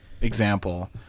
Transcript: example